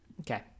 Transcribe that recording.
Okay